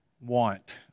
want